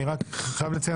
אני חייב להתנצל,